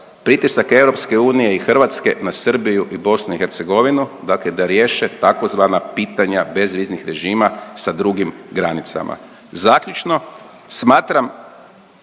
pritisak EU i Hrvatske na Srbiju i BiH, dakle da riješe tzv. pitanja bezviznih režima sa drugim granicama. Zaključno, smatram